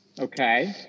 Okay